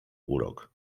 urok